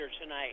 tonight